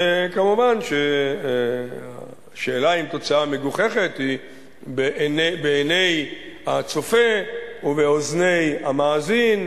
מובן שהשאלה אם תוצאה מגוחכת היא בעיני הצופה ובאוזני המאזין,